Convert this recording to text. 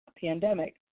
pandemic